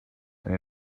and